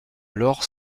lorp